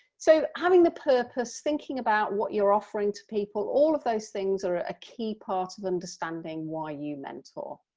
so having the purpose, thinking about what you're offering to people, all of those things are a key part of understanding why you mentor.